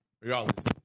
Regardless